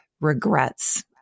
regrets